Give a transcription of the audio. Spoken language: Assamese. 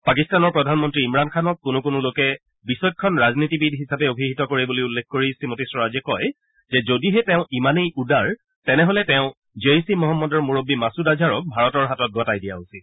পাকিস্তানৰ প্ৰধানমন্ত্ৰী ইমৰাণ খানক কোনো কোনো লোকে বিচক্ষণ ৰাজনীতিবিদ হিচাপে অভিহিত কৰে বুলি উল্লেখ কৰি শ্ৰীমতী স্বৰাজে কয় যে যদিহে তেওঁ ইমানেই উদাৰ তেনেহলে তেওঁ জেইছ ই মহম্মদৰ মুৰববী মাছুদ আজহাৰক ভাৰতৰ হাতত গতাই দিয়া উচিত